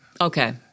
Okay